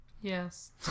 Yes